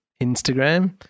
Instagram